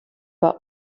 bei